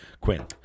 Quinn